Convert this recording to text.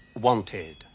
wanted